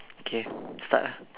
okay start ah